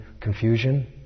confusion